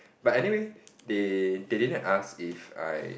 but anyway they they didn't ask if I